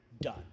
done